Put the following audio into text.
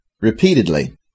Repeatedly